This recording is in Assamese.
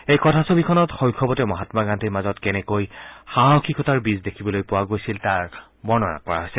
এই কথাছবিখনত শৈশৱতে মহাম্মা গান্ধীৰ মাজত কেনেকৈ সাহসিকতাৰ বীজ দেখিবলৈ পোৱা গৈছিল তাক বৰ্ণনা কৰা হৈছে